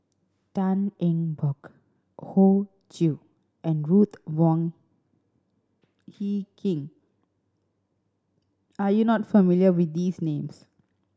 Tan Eng Bock Hoey Choo and Ruth Wong Hie King are you not familiar with these names